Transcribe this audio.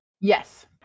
yes